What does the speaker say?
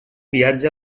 viatge